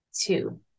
two